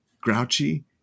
Grouchy